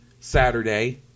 Saturday